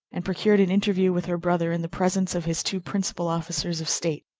and procured an interview with her brother in the presence of his two principal officers of state.